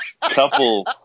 Couple